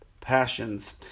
passions